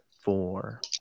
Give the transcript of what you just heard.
four